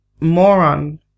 moron